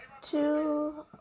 two